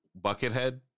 Buckethead